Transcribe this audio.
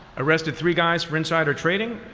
arrested three guys for insider trading,